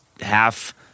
half